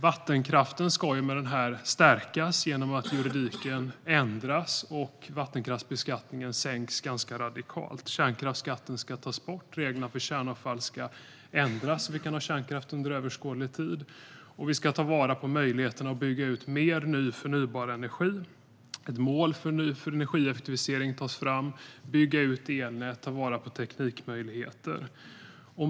Vattenkraften ska stärkas genom att juridiken ändras och vattenkraftsbeskattningen sänks ganska radikalt. Kärnkraftsskatten ska tas bort. Reglerna för kärnavfall ska ändras, så att vi kan ha kärnkraft under överskådlig tid. Vi ska ta vara på möjligheten att bygga ut mer ny förnybar energi. Ett mål för energieffektivisering tas fram. Vi ska bygga ut elnät och ta vara på teknikmöjligheter.